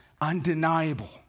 undeniable